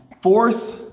fourth